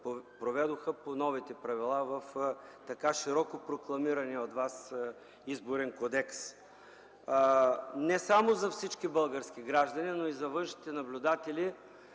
проведоха по новите правила в така широко прокламирания от Вас Изборен кодекс. Не само за всички български граждани, но и за външните наблюдатели